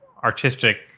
artistic